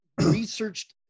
researched